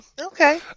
okay